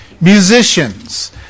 musicians